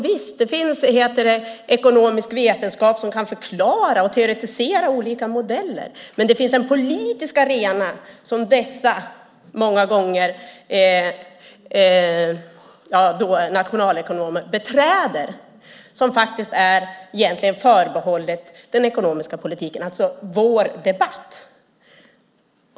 Visst, det finns ekonomisk vetenskap som kan förklara och teoretisera olika modeller, men det finns en politisk arena som dessa nationalekonomer många gånger beträder som egentligen är förbehållen den ekonomiska politiken, alltså vår debatt.